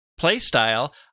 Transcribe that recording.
playstyle